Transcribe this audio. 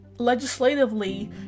legislatively